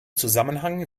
zusammenhang